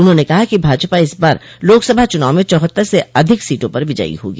उन्होंने कहा कि भाजपा इस बार लोकसभा चुनाव में चौहत्तर से अधिक सीटों पर विजयी होगी